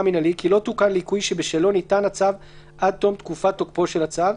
המינהלי כי לא תוקן ליקוי שבשלו ניתן הצו עד תום תקופת תוקפו של הצו,